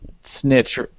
snitch